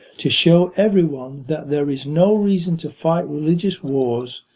to show everyone that there is no reason to fight religious wars,